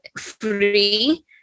free